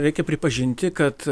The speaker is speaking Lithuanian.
reikia pripažinti kad